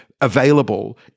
available